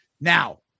now